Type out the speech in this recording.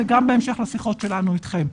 וזה גם בהמשך לשיחות שלנו איתכם.